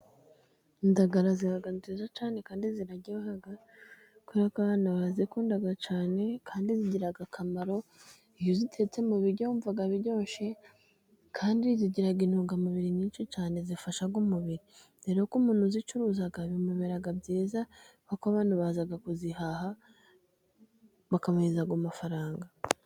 Indagara ziba nziza cyane kandi ziraryoha, kubera ko abantu bazikunda cyane kandi zigira akamaro, iyo zitetse mu biryo wumva biryoshye kandi zigira intungamubiri nyinshi cyane, zifasha umubiri dore ko umuntu uzicuruza bimubera byiza kuko abantu baza kuzihaha bakamuhereza amafaranga.